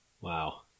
Wow